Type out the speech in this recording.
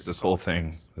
this whole thing,